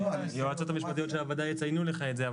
היועצות המשפטיות של הוועדה יציינו לך את זה,